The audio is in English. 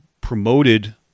promoted